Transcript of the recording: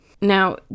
Now